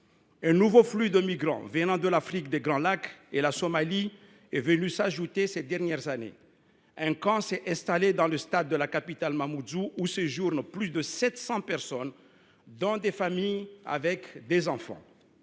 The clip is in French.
Un nouveau flux de migrants venant de l’Afrique des Grands Lacs et de la Somalie est venu s’y ajouter ces dernières années. Un camp s’est installé dans le stade de la capitale, Mamoudzou, où séjournent plus de 700 personnes, dont des familles avec des enfants.